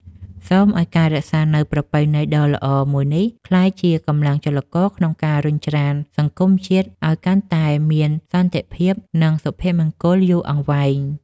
សូមឱ្យការរក្សានូវប្រពៃណីដ៏ល្អមួយនេះក្លាយជាកម្លាំងចលករក្នុងការរុញច្រានសង្គមជាតិឱ្យកាន់តែមានសន្តិភាព និងសុភមង្គលយូរអង្វែង។